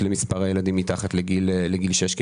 השאלה רק אם רוצים.